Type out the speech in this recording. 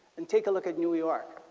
and take a look at new york.